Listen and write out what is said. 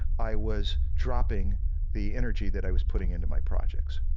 i was dropping the energy that i was putting into my projects.